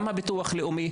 גם הביטוח הלאומי,